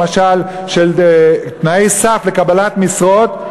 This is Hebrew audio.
למשל של תנאי סף לקבלת משרות,